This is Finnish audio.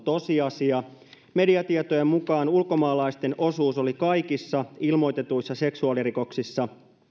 tosiasia mediatietojen mukaan ulkomaalaisten osuus oli kaikissa ilmoitetuissa seksuaalirikoksissa